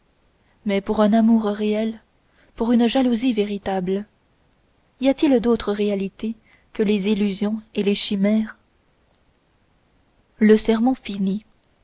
mais pour un amour réel pour une jalousie véritable y a-t-il d'autre réalité que les illusions et les chimères le sermon finit